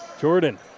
Jordan